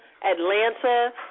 Atlanta